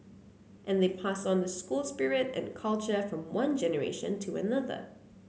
and they pass on the school spirit and culture from one generation to another